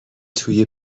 توی